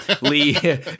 Lee